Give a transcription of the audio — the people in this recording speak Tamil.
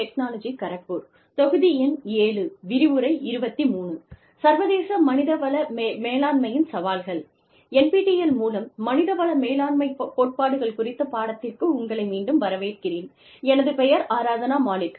NPTEL மூலம் மனித வள மேலாண்மை கோட்பாடுகள் குறித்த பாடத்திற்கு உங்களை மீண்டும் வரவேர்க்கிறேன் எனது பெயர் ஆரத்னா மாலிக்